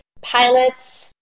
Pilots